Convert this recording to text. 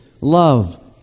love